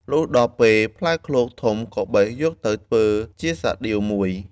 លុះដល់ផ្លែឃ្លោកធំក៏បេះយកទៅធ្វើជាសាដៀវមួយ។